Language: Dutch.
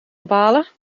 ophalen